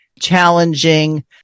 challenging